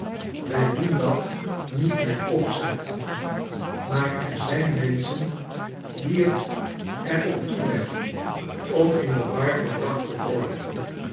wij doen dat niet met opzet maar er zijn menschen die het er op toe leggen om in de war gebracht te worden